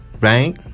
right